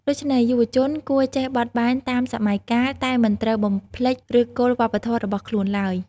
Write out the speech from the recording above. ដូច្នេះយុវជនគួរចេះបត់បែនតាមសម័យកាល តែមិនត្រូវបំភ្លេចឬសគល់វប្បធម៌របស់ខ្លួនឡើយ។